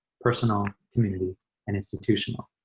personal, community and institutional.